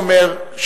הוא אומר,